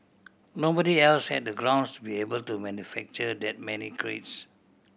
nobody else had the grounds to be able to manufacture that many crates